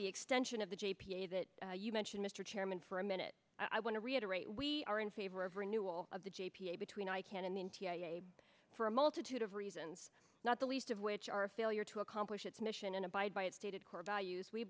the extension of the g p a that you mention mr chairman for a minute i want to reiterate we are in favor of renewal of the j p a between i can and then for a multitude of reasons not the least of which are a failure to accomplish its mission and abide by its stated core values we